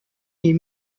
est